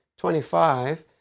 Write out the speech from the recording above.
25